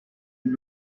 and